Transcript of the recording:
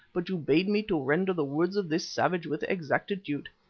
but you bade me to render the words of this savage with exactitude.